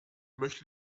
möchte